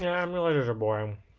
and emulators are boring,